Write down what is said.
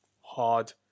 hard